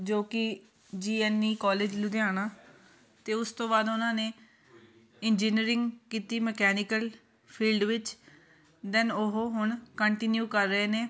ਜੋ ਕਿ G N E college Ludhiana ਅਤੇ ਉਸ ਤੋਂ ਬਾਅਦ ਉਹਨਾਂ ਨੇ ਇੰਜੀਨੀਰਿੰਗ ਕੀਤੀ ਮਕੈਨੀਕਲ ਫੀਲਡ ਵਿੱਚ ਦੈਨ ਉਹ ਹੁਣ ਕੰਟੀਨਿਊ ਕਰ ਰਹੇ ਨੇ